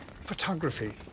Photography